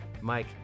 Mike